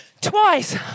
twice